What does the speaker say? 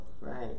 Right